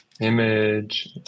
image